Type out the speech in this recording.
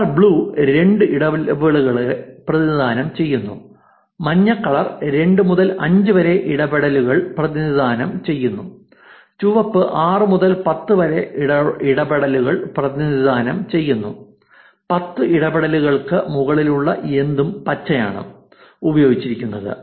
colour blue രണ്ട് ഇടപെടലുകളെ പ്രതിനിധാനം ചെയ്യുന്നു മഞ്ഞ കളർ രണ്ട് മുതൽ അഞ്ച് വരെ ഇടപെടലുകൾ പ്രതിനിധാനം ചെയ്യുന്നു ചുവപ്പ് 6 മുതൽ 10 വരെ ഇടപെടലുകൾ പ്രതിനിധാനം ചെയ്യുന്നു 10 ഇടപെടലുകൾക്ക് മുകളിലുള്ള എന്തും പച്ചയാണ് ഉപയോഗിക്കുന്നത്